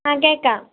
ആ കേൾക്കാം